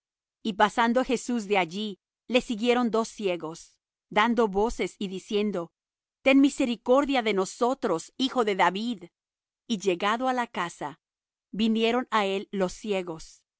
y pasando jesús de allí le siguieron dos ciegos dando voces y diciendo ten misericordia de nosotros hijo de david y llegado á la casa vinieron á él los ciegos